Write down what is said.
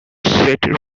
set